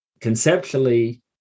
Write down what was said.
Conceptually